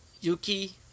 Yuki